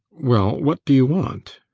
well, what do you want?